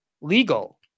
legal